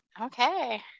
Okay